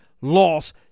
loss